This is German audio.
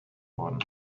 worden